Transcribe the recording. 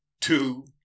two